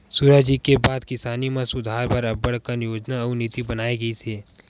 सुराजी के बाद किसानी म सुधार बर अब्बड़ कन योजना अउ नीति बनाए गिस हे